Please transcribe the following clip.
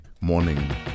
morning